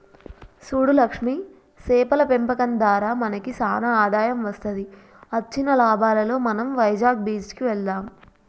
సూడు లక్ష్మి సేపల పెంపకం దారా మనకి సానా ఆదాయం వస్తది అచ్చిన లాభాలలో మనం వైజాగ్ బీచ్ కి వెళ్దాం